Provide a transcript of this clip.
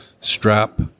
strap